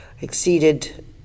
exceeded